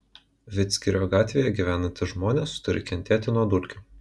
vidzgirio gatvėje gyvenantys žmonės turi kentėti nuo dulkių